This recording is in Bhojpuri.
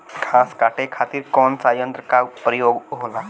घास काटे खातिर कौन सा यंत्र का उपयोग करें?